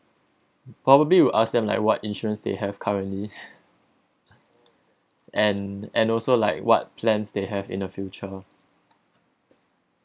probably will ask them like what insurance they have currently and and also like what plans they have in the future